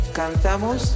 cantamos